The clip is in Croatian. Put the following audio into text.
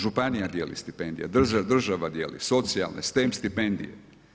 Županija dijeli stipendije, država dijeli, socijalne STEM stipendije.